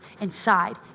inside